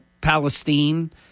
Palestine